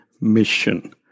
mission